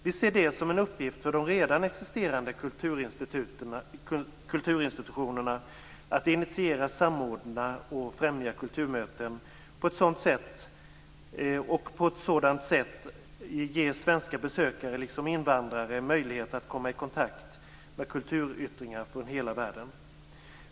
Vi ser det som en uppgift för de redan existerande kulturinstitutionerna att initiera, samordna och främja kulturmöten och på så sätt ge svenska besökare liksom invandrare möjlighet att komma i kontakt med kulturyttringar från hela världen.